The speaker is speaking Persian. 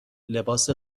لباس